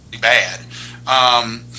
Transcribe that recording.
bad